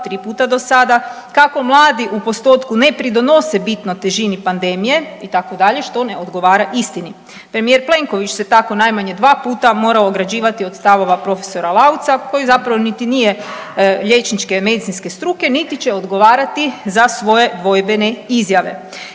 3 puta do sada, kako mladi u postotku ne pridonose bitno težini pandemije itd., što ne odgovara istini. Premijer Plenković se tako najmanje 2 puta morao ograđivati od stavova prof. Lauca koji zapravo niti nije liječničke, medicinske struke, niti će odgovarati za svoje dvojbene izjave.